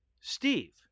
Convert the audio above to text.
Steve